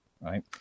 right